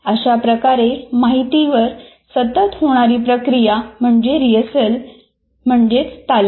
अशाप्रकारे माहितीवर सतत होणारी प्रक्रिया म्हणजेच रिहर्सल किंवा तालीम